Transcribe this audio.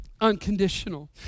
unconditional